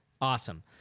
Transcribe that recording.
Awesome